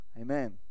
Amen